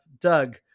Doug